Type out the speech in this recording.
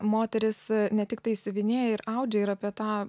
moterys ne tiktai siuvinėja ir audžia ir apie tą